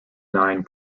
nine